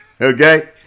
Okay